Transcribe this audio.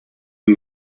and